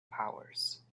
powers